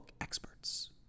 experts